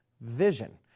vision